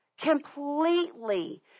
completely